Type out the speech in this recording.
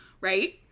Right